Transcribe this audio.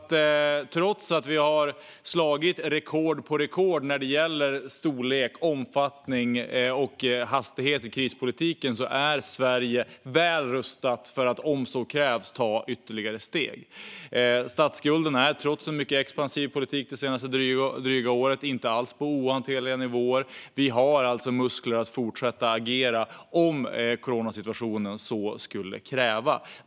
Trots att vi satt rekord efter rekord i storlek, omfattning och hastighet i krispolitiken är Sverige väl rustat för att om så krävs ta ytterligare steg. Statsskulden är trots en mycket expansiv politik det senaste året inte alls på en ohanterlig nivå. Vi har alltså muskler att fortsätta att agera om coronasituationen så kräver.